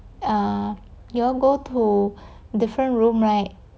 err you all go to different room right